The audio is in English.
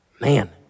Man